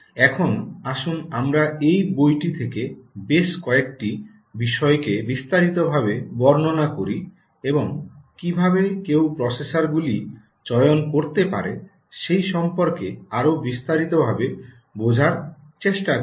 এখন আসুন আমরা এই বইটি থেকে বেশ কয়েকটি বিষয়কে বিস্তারিতভাবে বর্ণনা করি এবং কীভাবে কেউ প্রসেসরগুলি চয়ন করতে পারে সে সম্পর্কে আরও বিস্তারিতভাবে বোঝার চেষ্টা করি